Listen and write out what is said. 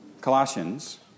Colossians